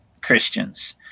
Christians